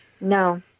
No